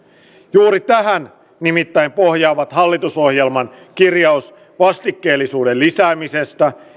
juuri tähän nimittäin pohjaavat hallitusohjelman kirjaus vastikkeellisuuden lisäämisestä